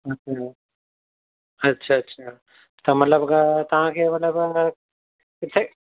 अछा अछा अछा मतलबु तव्हांखे मतलबु किथे